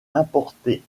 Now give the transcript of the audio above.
importé